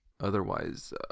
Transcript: Otherwise